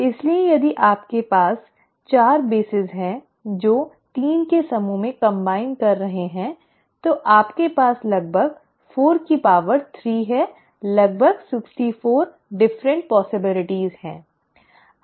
इसलिए यदि आपके पास 4 आधार हैं जो 3 के समूहों में कम्बाइन हो रहे हैं तो आपके पास लगभग 4 की पावर 3 है लगभग 64 विभिन्न संभावनाएं हैं